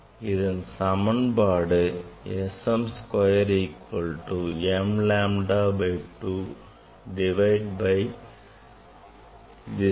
இதன் சமன்பாடு S m square equal to m lambda by 2 divide by this part